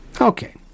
Okay